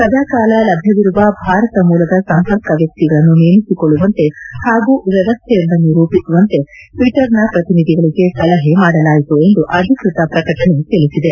ಸದಾ ಕಾಲ ಲಭ್ಯವಿರುವ ಭಾರತ ಮೂಲದ ಸಂಪರ್ಕ ವ್ಯಕ್ತಿಗಳನ್ನು ನೇಮಿಸಿಕೊಳ್ಳುವಂತೆ ಹಾಗೂ ವ್ಯವಸ್ಥೆಯೊಂದನ್ನು ರೂಪಿಸುವಂತೆ ಟ್ವಿಟ್ಟರ್ನ ಪ್ರತಿನಿಧಿಗಳಿಗೆ ಸಲಹೆ ಮಾಡಲಾಯಿತು ಎಂದು ಅಧಿಕೃತ ಪ್ರಕಟಣೆ ತಿಳಿಸಿದೆ